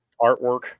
artwork